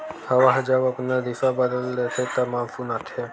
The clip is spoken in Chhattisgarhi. हवा ह जब अपन दिसा बदल देथे त मानसून आथे